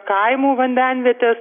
kaimų vandenvietės